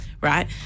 Right